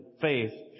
faith